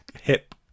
hip